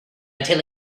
until